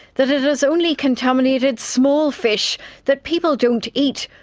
that it has only contaminated small fish that people don't eat,